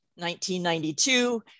1992